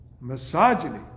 Misogyny